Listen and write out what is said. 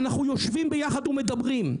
ואנחנו יושבים ביחד ומדברים.